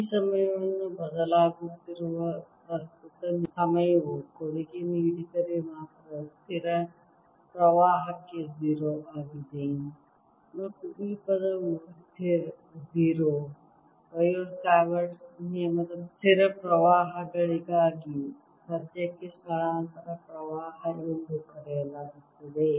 ಈ ಸಮಯದಲ್ಲಿ ಬದಲಾಗುತ್ತಿರುವ ಪ್ರಸ್ತುತ ಸಮಯವು ಕೊಡುಗೆ ನೀಡಿದರೆ ಮಾತ್ರ ಸ್ಥಿರ ಪ್ರವಾಹಕ್ಕೆ 0 ಆಗಿದೆ ಮತ್ತು ಈ ಪದವನ್ನು 0 ಸ್ಥಿರ ಸಮಯ 1936 ಬಯೋ ಸಾವರ್ಟ್ ನಿಯಮದ ಸ್ಥಿರ ಪ್ರವಾಹಗಳಿಗಾಗಿ ಸದ್ಯಕ್ಕೆ ಸ್ಥಳಾಂತರ ಪ್ರವಾಹ ಎಂದು ಕರೆಯಲಾಗುತ್ತದೆ